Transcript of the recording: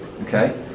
Okay